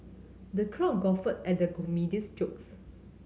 the crowd guffawed at the comedian's jokes